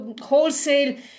wholesale